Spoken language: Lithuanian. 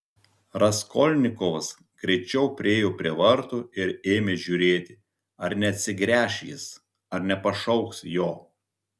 raskolnikovas greičiau priėjo prie vartų ir ėmė žiūrėti ar neatsigręš jis ar nepašauks jo